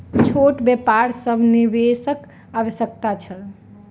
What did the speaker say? छोट व्यापार सभ के निवेशक आवश्यकता छल